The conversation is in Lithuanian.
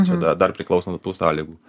čia da dar priklauso nuo tų sąlygų